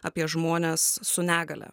apie žmones su negalia